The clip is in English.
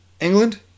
England